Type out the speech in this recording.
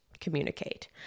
communicate